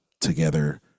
together